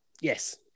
yes